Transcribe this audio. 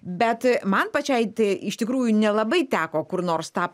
bet man pačiai tai iš tikrųjų nelabai teko kur nors tą